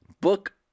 Book